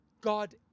God